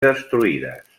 destruïdes